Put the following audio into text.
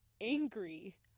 angry